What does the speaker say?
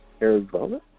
Arizona